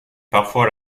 parfois